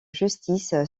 justice